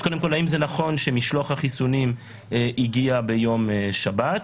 אז האם זה נכון שמשלוח החיסונים הגיע ביום שבת?